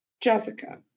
Jessica